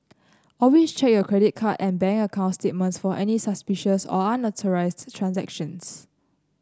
always check your credit card and bank account statements for any suspicious or unauthorised transactions